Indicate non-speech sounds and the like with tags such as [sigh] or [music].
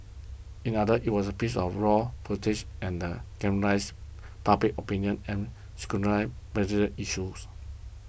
in others it was a piece of raw footage and galvanised public opinion and scrutinize [unintelligible] issues